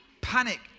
Panic